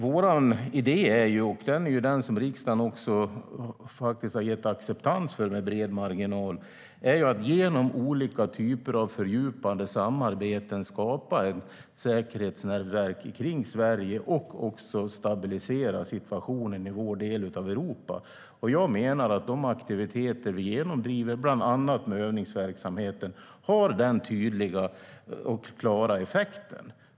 Vår idé, som riksdagen också har accepterat med bred marginal, är att genom olika typer av fördjupade samarbeten skapa ett säkerhetsnätverk kring Sverige och även stabilisera situationen i vår del av Europa. Jag menar att de aktiviteter som vi genomdriver, bland annat övningsverksamheten, har den tydliga och klara effekten.